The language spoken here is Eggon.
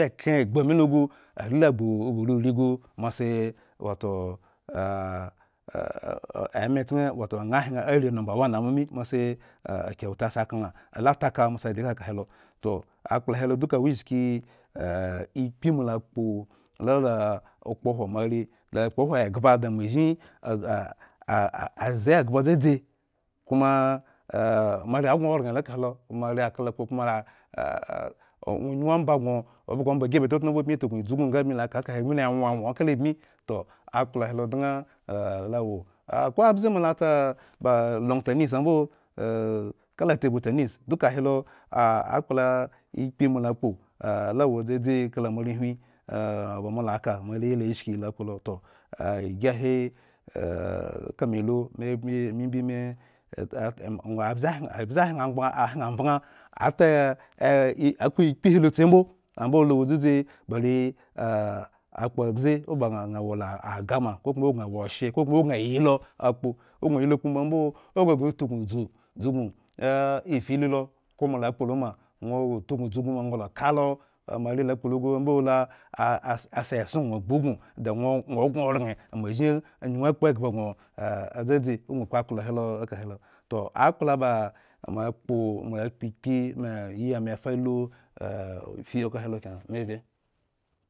Kyen gbu ami logu are la gbu ururi gu mo asi wato mekyen. Wato añha hyen arii nomba wani amo mimo asi adi ka khelo toh akplo helo duka wo ishki ekpe mola kpo lah-la akpo hwo moare la kpohwo egho bo da manzhi a zen eghbo dzadzi ko ma moare. gŋo oraŋ lo kahe lo owo moare kalo akpo mo la nwo owo moare ka lo akpo mo la nwonyu omba gŋo obhga omba ygi o obi totŋ mbo bmi tauknu dzu ubin nga bmi la ka kahe bmi la nwo kala bmi toh. akpla he dŋ a ah lo awo. "ah"ko. abze mo lata ah ba long tenis ambo kala table tenis duka. ahi lo akpla ekpe mola akpo lawa dzadzi kalamorehwin bamolaka. moare la shkils kpo lo tah gi. ahi ka me lu me bmi me embi me e-ete abze hyen. angbaŋ abze hyen avahŋ ata akpo ekpe akpo abze oba ŋha wo la agah makokoma gŋa. woshye kokma gŋa yi. Lo okhro gŋo yi lo kpo mbo ambo owo gŋo ghreyi tauknu dzu ubm afili lo okhro mola kpo lo ma nwo tauknu dzu ubin maba lakalo moare lakpo. Lo gu lo amibolo asi eson gbu ubin da nwo nwo gŋo ah alzdzi ogno kpo akp akpla he loek ahelo toh akpla bamo a kpo ekpe me yi ame. falu fyi okhro he lo kena me vy̱e.